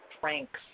pranks